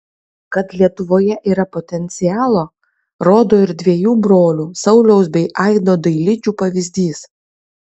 kad lietuvoje yra potencialo rodo ir dviejų brolių sauliaus bei aido dailidžių pavyzdys